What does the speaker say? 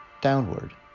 downward